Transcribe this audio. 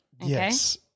Yes